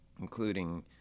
including